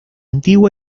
antigua